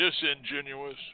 disingenuous